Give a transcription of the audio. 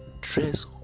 dress